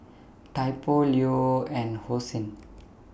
Typo Leo and Hosen